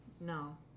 no